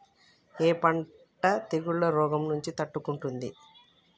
ఏ పంట తెగుళ్ల రోగం నుంచి తట్టుకుంటుంది?